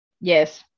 Yes